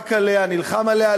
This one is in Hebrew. נאבק עליה, נלחם עליה.